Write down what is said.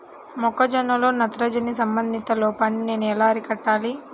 మొక్క జొన్నలో నత్రజని సంబంధిత లోపాన్ని నేను ఎలా అరికట్టాలి?